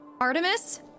Artemis